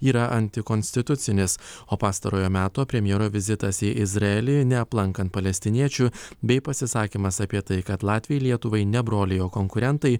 yra antikonstitucinis o pastarojo meto premjero vizitas į izraelį neaplankant palestiniečių bei pasisakymas apie tai kad latviai lietuvai ne broliai o konkurentai